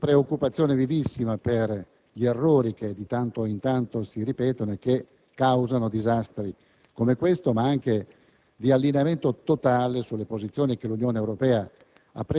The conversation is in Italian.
di preoccupazione vivissima per gli errori che di tanto in tanto si ripetono e che causano disastri come questo, ma anche di allineamento totale sulle posizioni che l'Unione Europea